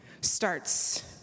starts